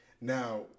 Now